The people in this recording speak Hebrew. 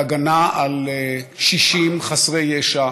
בהגנה על קשישים חסרי ישע